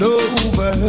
over